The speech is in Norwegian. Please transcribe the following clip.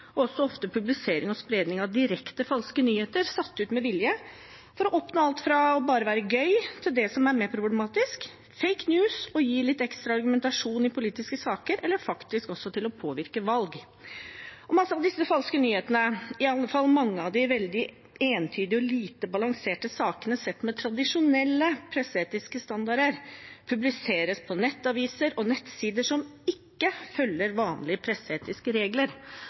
også publisering og spredning av direkte falske nyheter satt ut med vilje – for å oppnå alt fra bare å være gøy, til det som er mer problematisk: «fake news» for å gi litt ekstra argumentasjon i politiske saker eller faktisk også påvirke valg. Mange av disse falske nyhetene, iallfall mange av de veldig entydige og lite balanserte sakene sett med tradisjonelle presseetiske standarder, publiseres på nettaviser og nettsider som ikke følger vanlige presseetiske regler